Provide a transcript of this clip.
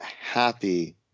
happy